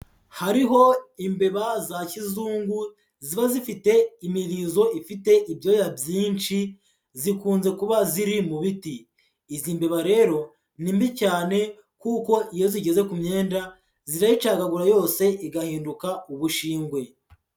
Hariho imbeba za kizungu ziba zifite imirizo ifite ibyoya byinshi zikunze kuba ziri mu biti, izi mbeba rero ni mbi cyane kuko iyo zigeze ku myenda zirayicagagura yose igahinduka ubushingwe.